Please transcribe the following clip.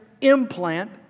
implant